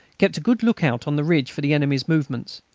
kept a good look-out on the ridge for the enemy's movements.